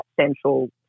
central